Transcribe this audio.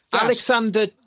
Alexander